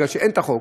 כי אין חוק,